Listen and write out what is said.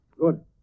Good